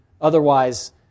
Otherwise